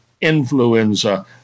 influenza